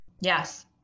Yes